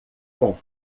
com